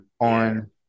on